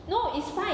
no it's fine